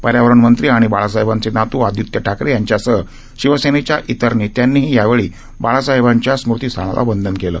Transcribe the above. पर्यावरणमंत्री आणि बाळासाहेबांचे नातू आदित्य ठाकरे यांच्यासह शिवसेनेच्या इतर नेत्यांनीही यावेळी बाळासाहेबांच्या स्मृतीस्थळाला अभिवादन केलं